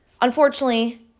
unfortunately